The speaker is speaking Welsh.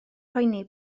poeni